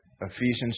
Ephesians